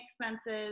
expenses